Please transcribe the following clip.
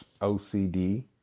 OCD